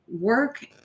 work